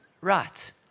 Right